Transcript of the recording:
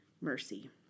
mercy